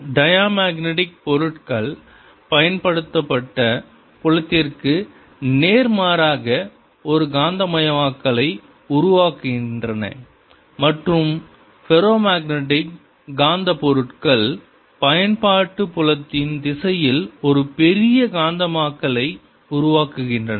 diamagnetic பொருட்கள் பயன்படுத்தப்பட்ட புலத்திற்கு நேர்மாறாக ஒரு காந்தமயமாக்கலை உருவாக்குகின்றன மற்றும் ஃபெரோமக்னடிக் காந்த பொருட்கள் பயன்பாட்டு புலத்தின் திசையில் ஒரு பெரிய காந்தமாக்கலை உருவாக்குகின்றன